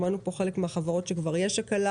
שמענו פה חלק מהחברות שכבר יש הקלה.